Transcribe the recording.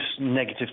negative